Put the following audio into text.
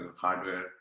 hardware